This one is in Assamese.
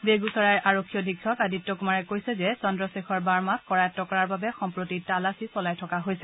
বেগুচৰাইৰ আৰক্ষী অধীক্ষক আদিত্য কুমাৰে কৈছে যে চন্দ্ৰশেখৰ বাৰ্মক কৰায়ত্ব কৰাৰ বাবে সম্প্ৰতি তালাচী চলাই থকা হৈছে